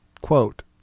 quote